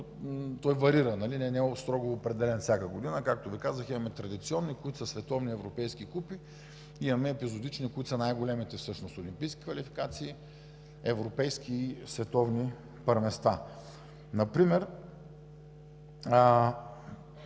варира, не е строго определен всяка година. Както Ви казах, имаме традиционни, които са за олимпийски и световни купи. Имаме и епизодични, които са най-големите, всъщност олимпийски квалификации, европейски и световни първенства. Например